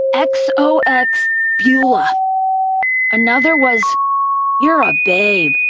xox so and xox beulah another was you're a babe.